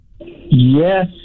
Yes